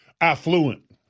affluent